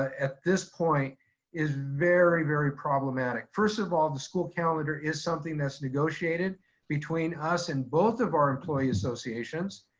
at this point is very, very problematic. first of all, the school calendar is something that's negotiated between us and both of our employee associations.